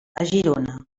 girona